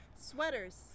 Sweaters